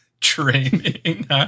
Training